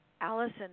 Allison